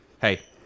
hey